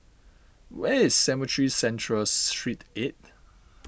where is Cemetry Central Street eight